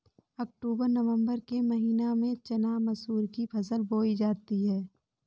अक्टूबर नवम्बर के महीना में चना मसूर की फसल बोई जाती है?